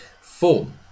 form